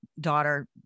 daughter